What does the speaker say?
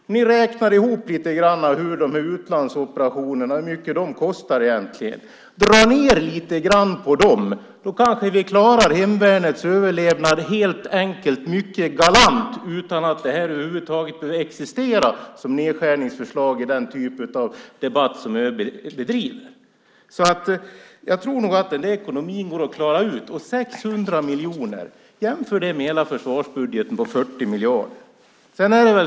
Om ni drar ned lite grann på kostnaderna för utlandsoperationerna, då kanske vi helt enkelt klarar hemvärnets överlevnad mycket galant utan att det här över huvud taget behöver existera som nedskärningsförslag i den typen av debatt som ÖB driver. Jag tror nog att den där ekonomin går att klara ut. Jämför 600 miljoner med hela försvarsbudgeten på 40 miljarder!